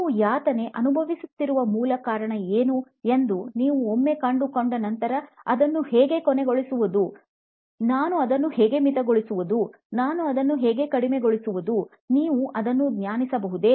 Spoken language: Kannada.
ನೀವು ಯಾತನೆ ಅನುಭವಿಸುತ್ತಿರುವ ಮೂಲ ಕಾರಣ ಏನು ಎಂದು ನೀವು ಒಮ್ಮೆ ಕಂಡುಕಂಡ ನಂತರ ಅದನ್ನು ಹೇಗೆ ಕೊನೆಗೊಳಿಸುವುದು ನಾವು ಅದನ್ನು ಹೇಗೆ ಮಿತಗೊಳಿಸುವುದು ನಾವು ಅದನ್ನು ಹೇಗೆ ಕಡಿಮೆಗೊಳಿಸುವುದು ನೀವು ಅದನ್ನು ಧ್ಯಾನಿಸಬಹುದೇ